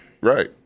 Right